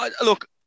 look